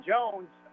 Jones